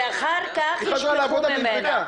ואחר-כך ישכחו ממנה.